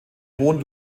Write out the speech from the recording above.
hohen